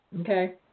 Okay